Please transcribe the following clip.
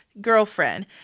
girlfriend